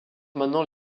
maintenant